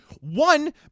One